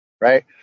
right